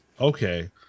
okay